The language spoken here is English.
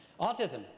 Autism